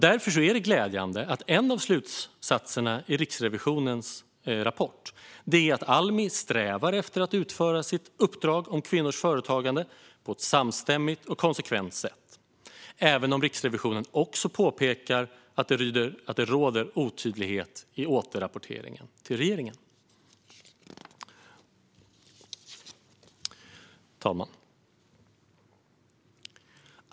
Därför är det glädjande att en av slutsatserna i Riksrevisionens rapport är att Almi strävar efter att utföra uppdraget om kvinnors företagande på ett samstämmigt och konsekvent sätt, även om Riksrevisionen också påpekar att det råder otydligheter i återrapporteringen till regeringen. Fru talman!